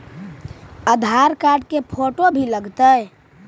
आधार card के photo भी लग तै?